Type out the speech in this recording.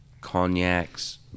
cognacs